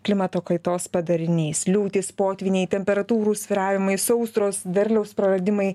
klimato kaitos padariniais liūtys potvyniai temperatūrų svyravimai sausros derliaus praradimai